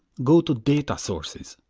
go to data sources,